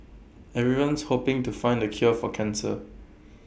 everyone's hoping to find the cure for cancer